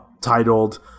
titled